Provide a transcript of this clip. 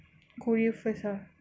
korea first ah